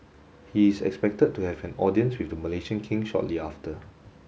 he is expected to have an audience with the Malaysian King shortly after